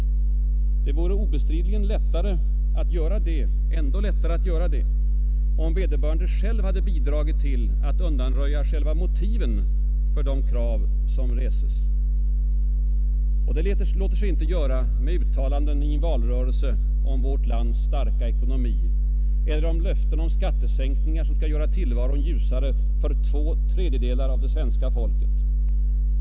Men det vore obestridligen ännu lättare att göra det, om vederbörande själv bidragit till att undanröja själva motiven för de krav som reses. Det låter sig inte göra med uttalanden i en valrörelse om ”vårt lands starka ekonomi” eller med löften om skattesänkningar som skall göra tillvaron ljusare för två tredjedelar av det svenska folket.